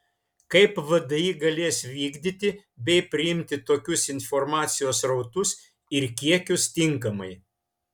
kaip vdi galės vykdyti bei priimti tokius informacijos srautus ir kiekius tinkamai